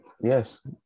Yes